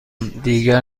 دیگر